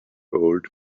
old